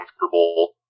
comfortable